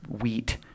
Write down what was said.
wheat